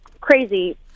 crazy